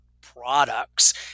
products